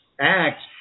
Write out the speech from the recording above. act